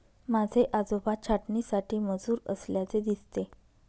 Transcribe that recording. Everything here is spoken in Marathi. माझे आजोबा छाटणीसाठी मजूर असल्याचे दिसते